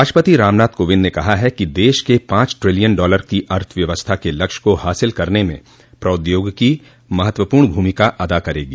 राष्ट्रपति रामनाथ कोविंद ने कहा है कि देश के पांच ट्रिलियन डॉलर की अर्थव्यवस्था के लक्ष्य को हासिल करने में प्रौद्योगिकी महत्वपूर्ण भूमिका अदा करेगी